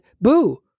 Boo